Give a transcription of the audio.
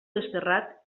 desterrat